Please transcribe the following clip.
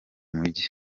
mujyi